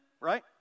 right